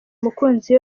umukunzi